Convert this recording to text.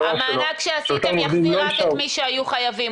שאותם עובדים לא יישארו --- המענק שעשיתם יחזיר רק את מי שהיו חייבים,